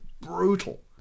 brutal